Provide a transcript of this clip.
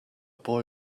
boy